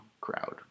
crowd